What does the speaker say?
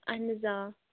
اَہَن حظ آ